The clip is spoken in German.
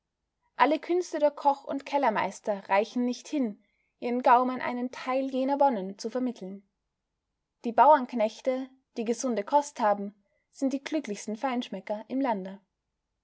alle künste der koch und kellermeister reichen nicht hin ihren gaumen einen teil jener wonnen zu vermitteln die bauernknechte die gesunde kost haben sind die glücklichsten feinschmecker im lande